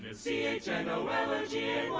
c h n o l o g